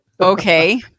Okay